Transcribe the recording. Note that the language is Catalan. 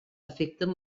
afecten